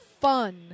fun